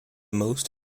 most